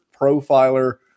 profiler